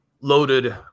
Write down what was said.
loaded